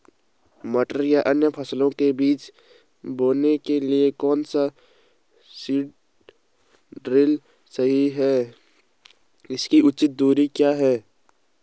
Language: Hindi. मटर या अन्य फसलों के बीज बोने के लिए कौन सा सीड ड्रील सही है इसकी उचित दूरी क्या है?